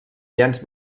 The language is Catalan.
llenç